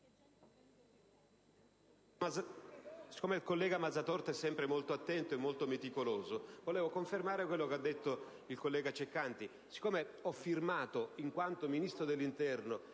siccome il collega Mazzatorta è sempre molto attento e meticoloso, voglio confermare quanto ha detto il collega Ceccanti. Siccome ho firmato io personalmente, in quanto Ministro dell'interno,